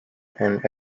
and